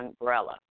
umbrella